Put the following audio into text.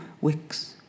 wicks